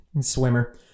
Swimmer